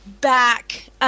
back –